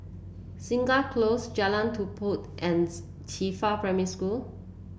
Segar Close Jalan Tupai Qifa Primary School